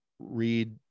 read